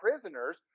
prisoners